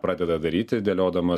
pradeda daryti dėliodamas